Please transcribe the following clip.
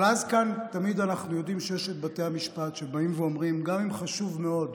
אבל אז תמיד אנחנו יודעים שיש את בתי המשפט שאומרים: גם אם חשוב מאוד,